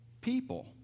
people